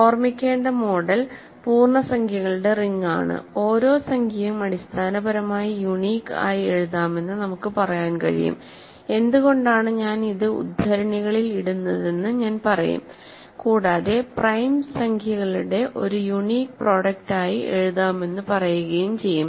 ഓർമിക്കേണ്ട model പൂർണ്ണസംഖ്യകളുടെ ring ആണ് ഓരോ സംഖ്യയും അടിസ്ഥാനപരമായി യുണീക് ആയി എഴുതാമെന്ന് നമുക്ക് പറയാൻ കഴിയും എന്തുകൊണ്ടാണ് ഞാൻ ഇത് ഉദ്ധരണികളിൽ ഇടുന്നതെന്ന് ഞാൻ പറയും കൂടാതെ പ്രൈം സംഖ്യകളുടെ ഒരു യുണീക് പ്രോഡക്ട് ആയി എഴുതാമെന്ന് പറയുകയും ചെയ്യും